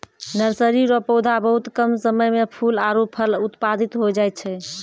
nursery रो पौधा बहुत कम समय मे फूल आरु फल उत्पादित होय जाय छै